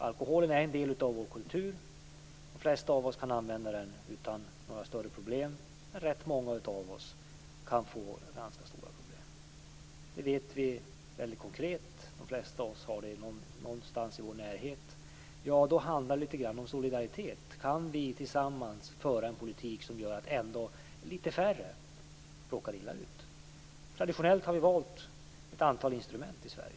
Alkoholen är en del av vår kultur, något som de flesta av oss kan använda utan större problem, men rätt många av oss kan få ganska stora problem. Detta är något de flesta av oss vet väldigt konkret, i och med att vi har det någonstans i vår närhet. Om man ser det på det sättet handlar det litet grand om solidaritet. Kan vi tillsammans föra en politik som gör att litet färre råkar illa ut? Traditionellt har vi i Sverige valt ett antal instrument för detta.